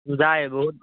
যায় বহুত